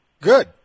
Good